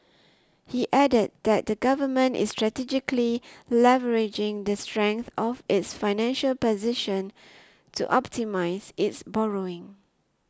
he added that the Government is strategically leveraging the strength of its financial position to optimise its borrowing